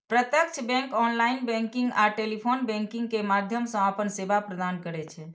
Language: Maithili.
प्रत्यक्ष बैंक ऑनलाइन बैंकिंग आ टेलीफोन बैंकिंग के माध्यम सं अपन सेवा प्रदान करै छै